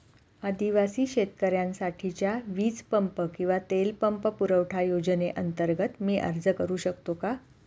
आदिवासी शेतकऱ्यांसाठीच्या वीज पंप किंवा तेल पंप पुरवठा योजनेअंतर्गत मी अर्ज करू शकतो का?